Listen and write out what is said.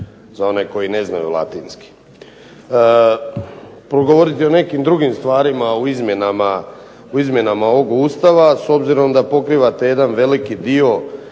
za one koji ne znaju latinski. Progovoriti o nekim drugim stvarima u izmjenama ovog Ustava s obzirom da pokrivate jedan veliki dio